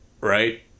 right